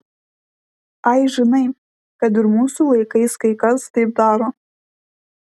ai žinai kad ir mūsų laikais kai kas taip daro